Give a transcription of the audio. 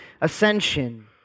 ascension